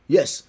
Yes